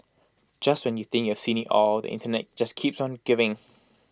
just when you think you've seen IT all the Internet just keeps on giving